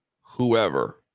whoever